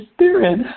spirit